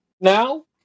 now